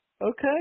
Okay